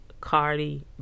Cardi